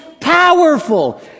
powerful